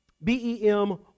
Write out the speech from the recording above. BEM